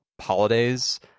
holidays